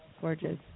Gorgeous